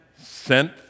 sent